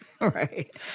Right